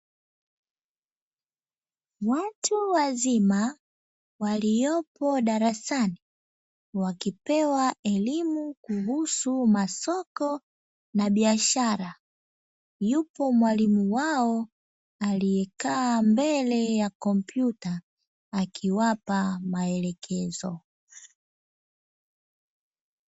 Watu wazima waliopo darasani wakipewa elimu kuhusu masoko na biashara. Yupo mwalimu wao aliyekaa mbele ya kompyuta akiwapa maelekezo.